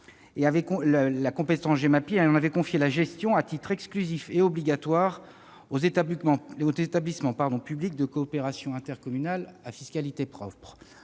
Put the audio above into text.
la compétence Gemapi, et en avait confié la gestion, à titre exclusif et obligatoire, aux établissements publics de coopération intercommunale à fiscalité propre.